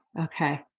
Okay